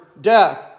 death